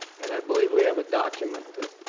and i believe we have a document that